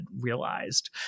realized